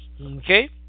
Okay